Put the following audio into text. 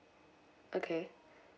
okay